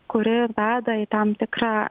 kuri veda į tam tikrą